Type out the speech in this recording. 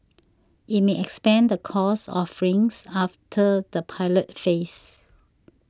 it may expand the course offerings after the pilot phase